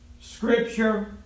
scripture